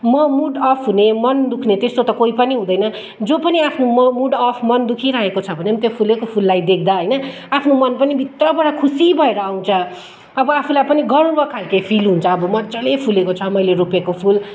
म mood off हुने मन दुख्ने त्यस्तो त कोही पनि हुँदैन जो पनि आफ्नो मुड अफ मन दुखिराखेको छ भने पनि त्यो फुलेको फुललाई देख्दा होइन आफ्नो मन पनि भित्रबाट खुसी भएर आउँछ अब आफूलाई पनि गर्व खालको फिल हुन्छ अब मज्जाले फुलेको छ मैले रोपेको फुल